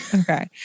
Okay